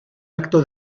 acto